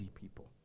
people